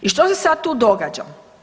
I što se sada tu događa?